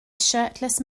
shirtless